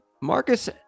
Marcus